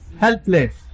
helpless